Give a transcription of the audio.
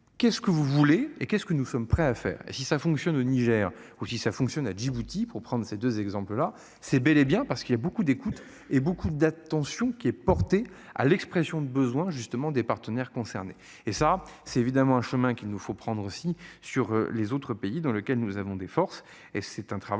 qu'est-ce que vous voulez. Et qu'est-ce que nous sommes prêts à faire et si ça fonctionne au Niger ou si ça fonctionne à Djibouti pour prendre ces 2 exemples, là, c'est bel et bien parce qu'il y a beaucoup d'écoute et beaucoup d'attention qui est portée à l'expression du besoin justement des partenaires concernés et ça c'est évidemment un chemin qu'il nous faut prendre aussi sur les autres pays dans lequel nous avons des forces